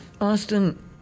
Austin